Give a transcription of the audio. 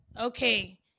Okay